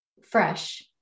fresh